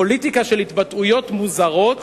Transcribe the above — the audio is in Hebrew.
פוליטיקה של התבטאויות מוזרות,